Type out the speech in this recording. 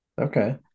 Okay